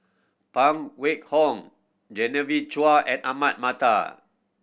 Phan Wait Hong Genevieve Chua and Ahmad Mattar